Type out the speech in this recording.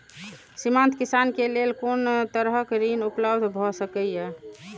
सीमांत किसान के लेल कोन तरहक ऋण उपलब्ध भ सकेया?